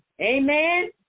Amen